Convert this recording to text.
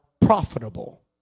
profitable